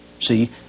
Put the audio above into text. See